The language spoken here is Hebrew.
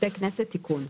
(עובדי הכנסת) (תיקון).